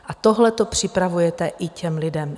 A tohleto připravujete i těm lidem.